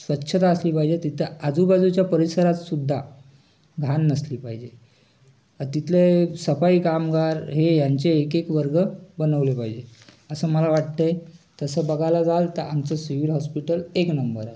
स्वच्छता असली पाहिजे तिथं आजूबाजूच्या परिसरातसुद्धा घाण नसली पाहिजे तिथले सफाई कामगार हे यांचे एकेक वर्ग बनवले पाहिजे असं मला वाटते तसं बघायला जाल तर आमचं सिविल हॉस्पिटल एक नंबर आहे